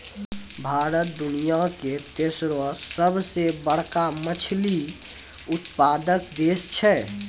भारत दुनिया के तेसरो सभ से बड़का मछली उत्पादक देश छै